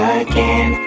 again